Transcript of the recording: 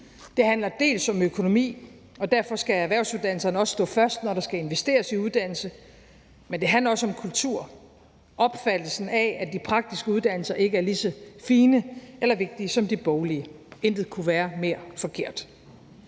Det handler dels om økonomi, og derfor skal erhvervsuddannelserne også stå først, når der skal investeres i uddannelse. Men det handler også om kultur og om opfattelsen af, at de praktiske uddannelser ikke er lige så fine eller vigtige som de boglige. Intet kunne være mere forkert.